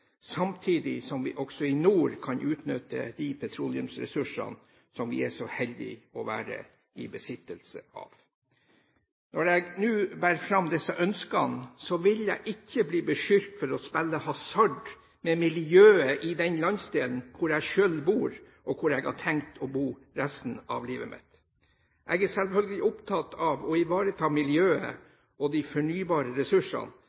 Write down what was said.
samtidig som vi også kan utnytte de petroleumsressursene som vi er så heldige å være i besittelse av. Når jeg nå bærer fram disse ønskene, vil jeg ikke bli beskyldt for å spille hasard med miljøet i den landsdelen hvor jeg selv bor, og hvor jeg har tenkt å bo resten av livet mitt. Jeg er selvfølgelig opptatt av å ivareta miljøet og de fornybare ressursene,